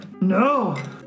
No